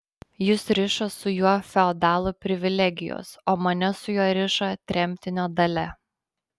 jus riša su juo feodalų privilegijos o mane su juo riša tremtinio dalia